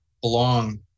belong